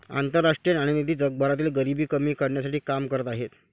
आंतरराष्ट्रीय नाणेनिधी जगभरातील गरिबी कमी करण्यासाठी काम करत आहे